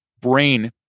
brain